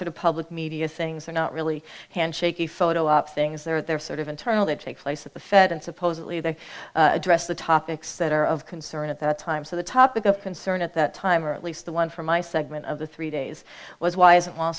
sort of public media things they're not really handshaking photo op things they're they're sort of internal it takes place at the fed and supposedly they address the topics that are of concern at the time so the topic of concern at that time or at least the one for my segment of the three days was why is